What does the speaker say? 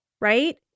right